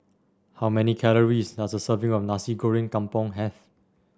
how many calories does a serving of Nasi Goreng Kampung have